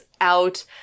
out